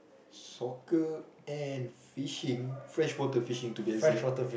soccer and fishing freshwater fishing to be exact